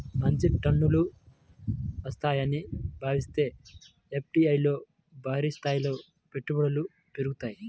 మంచి రిటర్నులు వస్తాయని భావిస్తే ఎఫ్డీఐల్లో భారీస్థాయిలో పెట్టుబడులు పెరుగుతాయి